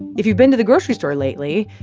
if you've been to the grocery store lately,